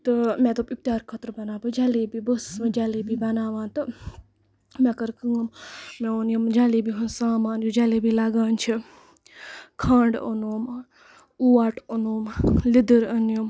تہٕ مےٚ دوٚپ اِفتیار خٲطرٕ بَناوٕ بہٕ جلیبی بہٕ ٲسٕس وۄن جلیبی بَناوان تہٕ مےٚ کٔر کٲم مےٚ ووٚن یِم جلیبی ہٕنٛز سامان یُس جلیبی لَگان چھُ کھنڈ اوٚنُم اوٹ اوٚنُم لیدٔر أنِم